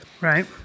right